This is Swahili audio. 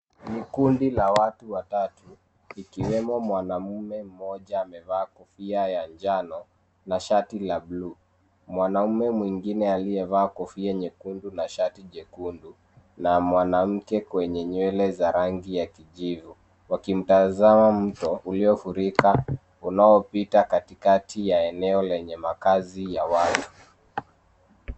Ni kundi la watu watatu. Mwanaume mmoja amevaa fulana ya njano na shati la buluu, mwanaume mwingine amevaa fulana nyekundu na shati jekundu, na mwanamke mwenye nywele za rangi ya kijivu. Wanaangalia mto unaopita katikati ya eneo lenye makazi ya wali.